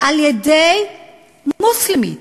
על-ידי מוסלמית,